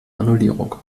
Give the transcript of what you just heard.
annullierung